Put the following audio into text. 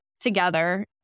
together